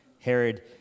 Herod